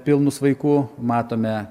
pilnus vaikų matome